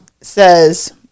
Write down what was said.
says